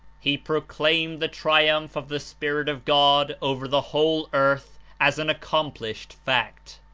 he proclaimed the triumph of the spirit of god over the whole earth as an accomplished fact,